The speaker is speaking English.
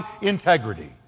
integrity